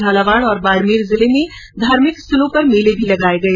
झालावाड और बाडमेर जिले में धार्मिक स्थलों पर मेले भी लगाये गये